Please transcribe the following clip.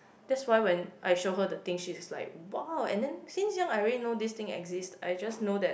that's why when I show her the things she's like !wow! and then since young I already know these things exist I just know that